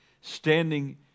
standing